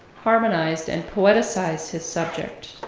harmonized, and poeticized his subject,